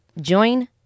Join